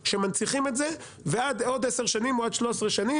שמנציחים את זה ועד עוד עשר שנים או 13 שנים,